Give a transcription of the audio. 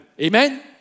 Amen